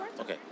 okay